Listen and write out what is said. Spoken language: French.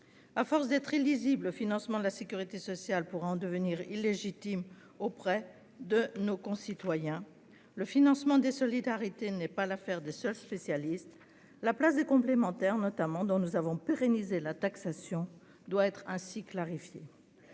À force d'être illisible, le financement de la sécurité sociale pourrait en devenir illégitime aux yeux de nos concitoyens. Le financement des solidarités n'est pas l'affaire des seuls spécialistes. La place des complémentaires notamment, dont nous avons pérennisé la taxation, doit ainsi être clarifiée.